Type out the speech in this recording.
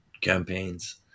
campaigns